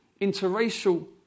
interracial